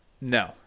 No